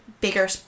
bigger